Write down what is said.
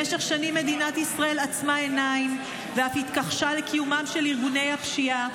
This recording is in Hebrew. במשך שנים מדינת ישראל עצמה עיניים ואף התכחשה לקיומם של ארגוני הפשיעה,